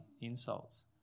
insults